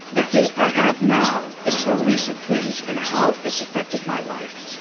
the hate i have now is for recent things and how it's affected my life.